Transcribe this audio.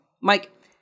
Mike